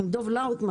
עם דב לאוטמן.